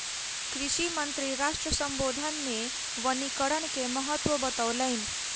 कृषि मंत्री राष्ट्र सम्बोधन मे वनीकरण के महत्त्व बतौलैन